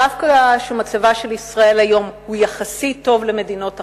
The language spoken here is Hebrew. דווקא כשמצבה של ישראל היום טוב יחסית למדינות אחרות.